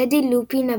טדי לופין,